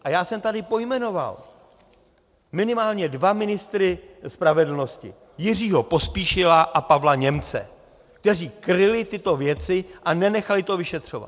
A já jsem tady pojmenoval minimálně dva ministry spravedlnosti, Jiřího Pospíšila a Pavla Němce, kteří kryli tyto věci a nenechali to vyšetřovat.